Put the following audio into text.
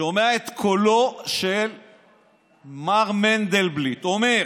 ושומע את קולו של מר מנדלבליט אומר: